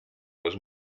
was